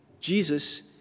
Jesus